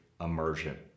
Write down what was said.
immersion